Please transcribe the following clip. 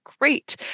great